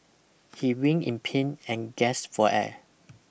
he wring in pain and gasped for air